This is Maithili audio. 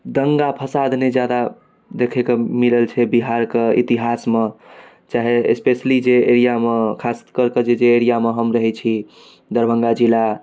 दंगा फसाद नहि जादा देखै के मिलल छै बिहारके इतिहासमे चाहे स्पेशली जे एरियामे खास कऽ कऽ जे एरियामे हम रहै छी दरभङ्गा जिला